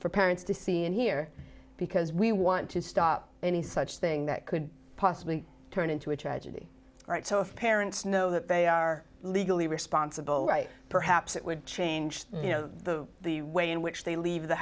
for parents to see and hear because we want to stop any such thing that could possibly turn into a tragedy all right so if parents know that they are legally responsible right perhaps it would change the the way in which they leave the